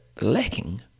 lacking